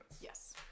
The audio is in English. Yes